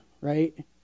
right